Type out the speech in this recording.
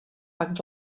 pak